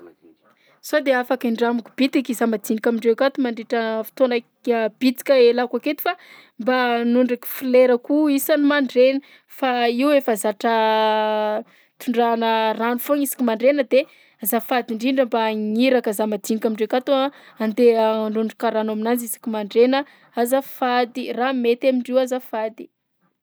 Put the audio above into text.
Sao de afaka hindramiko bitika zamadinika amindreo akato mandritra fotoana bitika ialako aketo fa mba hanondraka folerako io isan'ny mandraina? Fa io efa zatra tondrahana rano foagna isaka mandraina de azafady indrindra mba hagniraka zamadinika amindreo akato aho a andeha hanondraka rano aminazy isaka mandraina. Azafady, raha mety amindrio azafady.